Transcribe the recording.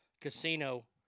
casino